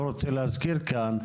לא רוצה להזכיר כאן,